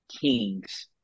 Kings